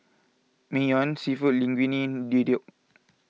Naengmyeon Seafood Linguine Deodeok